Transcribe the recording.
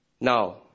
now